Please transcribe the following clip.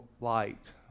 light